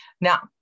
now